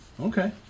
Okay